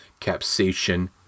capsation